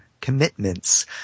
commitments